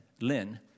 Lynn